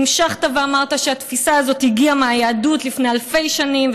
המשכת ואמרת שהתפיסה הזאת הגיעה מהיהדות לפני אלפי שנים,